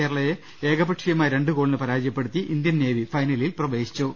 കേരളയെ ഏകപക്ഷീയമായ രണ്ട് ഗോളിന് പരാജയപ്പെടുത്തി ഇന്ത്യൻ നേവി ഫൈനലിൽ പ്രവേശിച്ചു